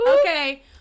Okay